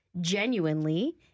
genuinely